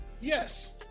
Yes